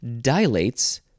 dilates